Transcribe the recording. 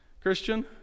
Christian